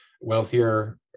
wealthier